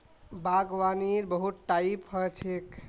बागवानीर बहुत टाइप ह छेक